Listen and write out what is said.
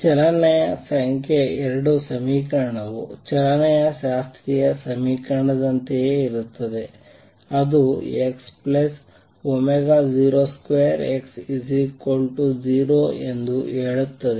ಚಲನೆಯ ಸಂಖ್ಯೆ 2 ಸಮೀಕರಣವು ಚಲನೆಯ ಶಾಸ್ತ್ರೀಯ ಸಮೀಕರಣದಂತೆಯೇ ಇರುತ್ತದೆ ಅದು x02x0 ಎಂದು ಹೇಳುತ್ತದೆ